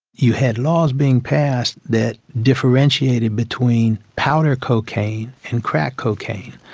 you had laws being passed that differentiated between powder cocaine and crack cocaine.